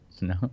no